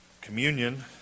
communion